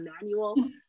manual